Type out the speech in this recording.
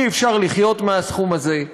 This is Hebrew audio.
אי-אפשר לחיות מהסכום הזה.